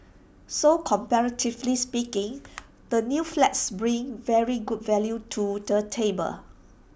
so comparatively speaking the new flats bring very good value to the table